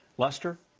lester